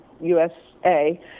USA